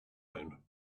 own